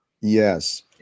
Yes